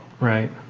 Right